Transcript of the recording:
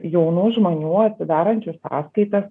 jaunų žmonių atsidarančių sąskaitas